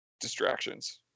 distractions